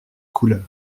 couleur